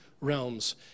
realms